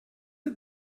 did